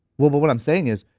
well but what i'm saying is,